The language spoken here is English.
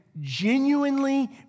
genuinely